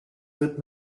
wird